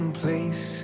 place